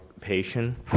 patient